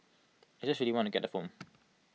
I just really want to get the phone